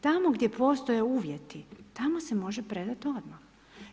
Tamo gdje postoje uvjeti, tamo se može predati odmah.